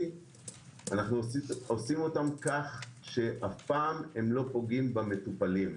אנו עושים אותם כך שלעולם הם לא פוגעים במטופלים.